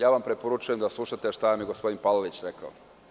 Ja vam preporučujem da slušate šta vam je gospodin Palalić rekao.